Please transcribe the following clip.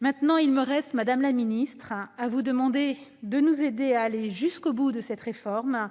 Maintenant, il me reste à vous demander, madame la ministre, de nous aider à aller jusqu'au bout de cette réforme.